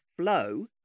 Flow